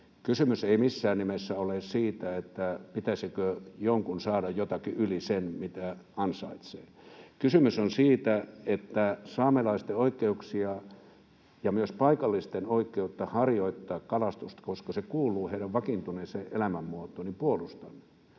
Kysymys ei missään nimessä ole siitä, pitäisikö jonkun saada jotakin yli sen, mitä ansaitsee. Kysymys on siitä, että puolustan saamelaisten oikeuksia ja myös paikallisten oikeutta harjoittaa kalastusta, koska se kuuluu heidän vakiintuneeseen elämänmuotoonsa, mutta